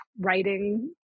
writing